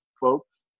folks